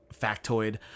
factoid